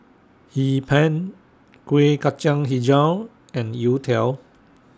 Hee Pan Kuih Kacang Hijau and Youtiao